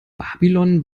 babylon